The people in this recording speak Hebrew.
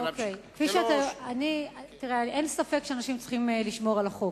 אין ספק שאנשים צריכים לשמור על החוק.